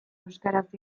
euskaraz